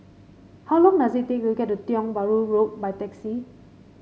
how long does it take to get to Tiong Bahru Road by taxi